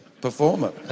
performer